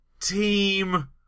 Team